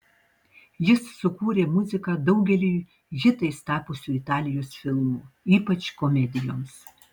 jis sukūrė muziką daugeliui hitais tapusių italijos filmų ypač komedijoms